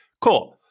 Cool